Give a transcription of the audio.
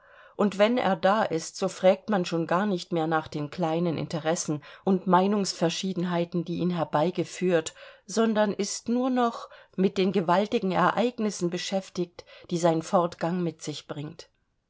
und wenn er da ist so frägt man schon gar nicht mehr nach den kleinen interessen und meinungsverschiedenheiten die ihn herbeigeführt sondern ist nur noch mit den gewaltigen ereignissen beschäftigt die sein fortgang mit sich bringt